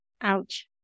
Ouch